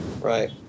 Right